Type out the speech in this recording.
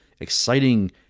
exciting